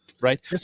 Right